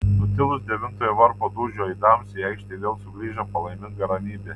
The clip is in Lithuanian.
nutilus devintojo varpo dūžio aidams į aikštę vėl sugrįžo palaiminga ramybė